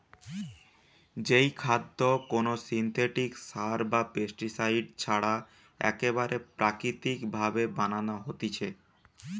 যেই খাদ্য কোনো সিনথেটিক সার বা পেস্টিসাইড ছাড়া একেবারে প্রাকৃতিক ভাবে বানানো হতিছে